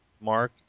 Mark